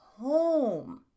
home